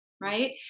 right